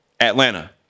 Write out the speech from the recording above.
Atlanta